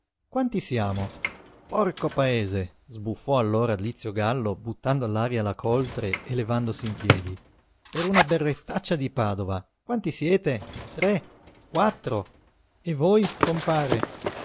quanti siamo porco paese sbuffò allora lizio gallo buttando all'aria la coltre e levandosi in piedi per una berrettaccia di padova quanti siete tre quattro e voi compare